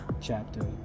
chapter